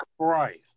Christ